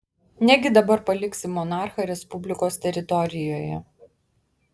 negi dabar paliksi monarchą respublikos teritorijoje